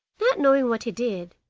not knowing what he did,